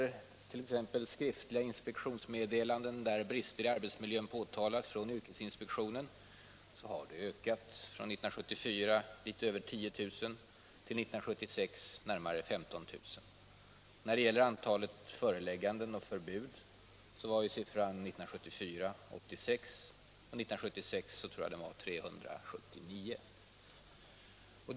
Antalet skriftliga inspektionsmeddelanden där brister i arbetsmiljön påtalas från yrkesinspektionen har t.ex. ökat från litet över 10000 år 1974 till närmare 15 000 år 1976. När det gäller antalet förelägganden och förbud var siffran 86 år 1974, och jag tror att den var 379 år 1976.